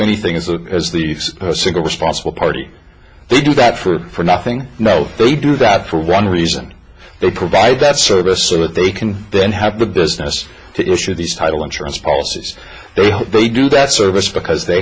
anything as a as the single responsible party they do that for nothing now they do that for one reason they provide that service so that they can then have the business to issue these title insurance policies they do that service because they